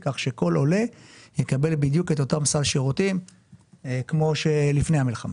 כך שכל עולה יקבל בדיוק את אותו סל שירותים כמו זה של לפני המלחמה.